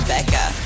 Becca